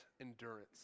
endurance